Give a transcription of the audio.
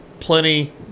plenty